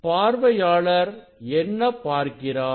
பார்வையாளர் என்ன பார்க்கிறார்